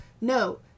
no